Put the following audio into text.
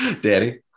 Danny